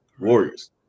Warriors